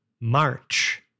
March